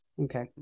Okay